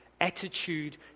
attitude